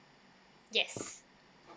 yes